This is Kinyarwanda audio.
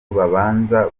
babanza